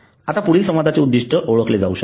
आता पुढील संवादाचे उद्दिष्ट ओळखले जाऊ शकते